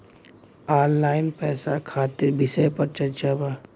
Online पैसा खातिर विषय पर चर्चा वा?